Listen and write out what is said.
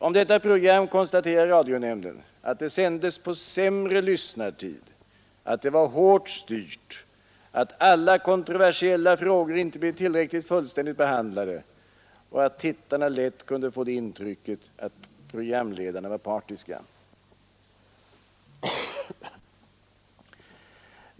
Om detta program konstaterar radionämnden att det sändes på sämre lyssnartid, att det var hårt styrt, att alla kontroversiella frågor inte blev fullständigt behandlade och att tittarna lätt kunde få det intrycket att programledarna var partiska.